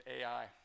AI